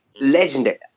legendary